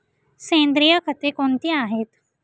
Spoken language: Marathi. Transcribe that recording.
सेंद्रिय खते कोणती आहेत?